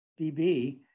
BB